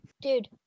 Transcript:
Dude